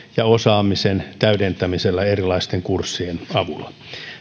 ja osaamisen täydentämisellä erilaisten kurssien avulla